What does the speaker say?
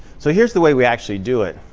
so here's the way we actually do it.